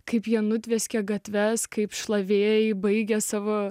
kaip jie nutvieskė gatves kaip šlavėjai baigia savo